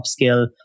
upscale